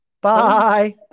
bye